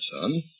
son